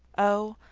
oh,